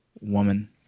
woman